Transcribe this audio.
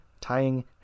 tying